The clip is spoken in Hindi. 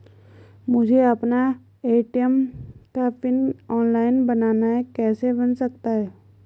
मुझे अपना ए.टी.एम का पिन ऑनलाइन बनाना है कैसे बन सकता है?